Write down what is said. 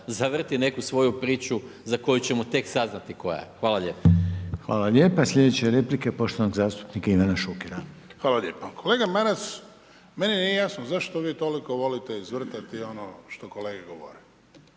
zavrti neku svoju priču za koju ćemo tek saznati koja je. Hvala lijepa. **Reiner, Željko (HDZ)** Hvala lijepa. Slijedeća replika je poštovanog zastupnika Ivana Šukera. **Šuker, Ivan (HDZ)** Hvala lijepo. kolega Maras, meni nije jasno zašto vi toliko volite izvrtati ono što kolege govore.